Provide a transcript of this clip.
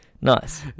Nice